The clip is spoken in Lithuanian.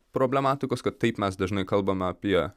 problematikos kad taip mes dažnai kalbame apie